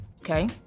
Okay